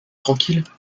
tranquille